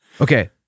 okay